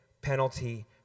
penalty